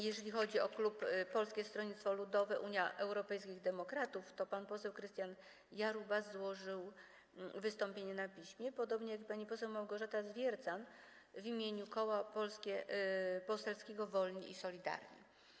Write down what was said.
Jeżeli chodzi o klub Polskiego Stronnictwa Ludowego - Unii Europejskich Demokratów, to pan poseł Krystian Jarubas złożył wystąpienie na piśmie, podobnie jak pani Małgorzata Zwiercan w imieniu Koła Poselskiego Wolni i Solidarni.